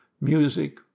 music